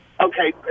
Okay